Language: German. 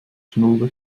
schnuller